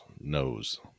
knows